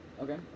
Okay